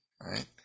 right